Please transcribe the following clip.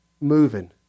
moving